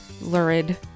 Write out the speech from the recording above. lurid